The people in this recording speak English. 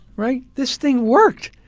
right? this thing worked.